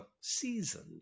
seasoned